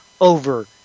over